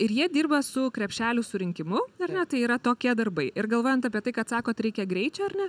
ir jie dirba su krepšelių surinkimu ar ne tai yra tokie darbai ir galvojant apie tai kad sakot reikia greičio ar ne